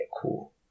cool